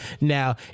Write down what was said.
Now